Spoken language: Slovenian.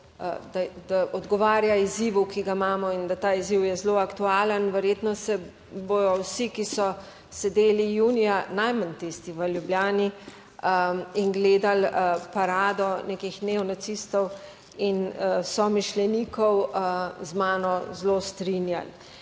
da odgovarja izzivu, ki ga imamo, in da ta izziv je zelo aktualen. Verjetno se bodo vsi, ki so sedeli junija, najmanj tisti v Ljubljani, in gledali parado nekih neonacistov in somišljenikov, z mano zelo strinjali.